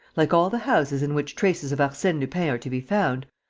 like all the houses in which traces of arsene lupin are to be found,